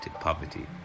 poverty